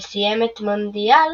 וסיים את המונדיאל